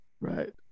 right